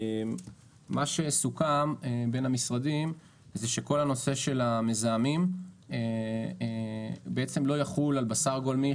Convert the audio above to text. מה שסוכם בין המשרדים הוא שכל הנושא של המזהמים לא יחול על בשר גולמי,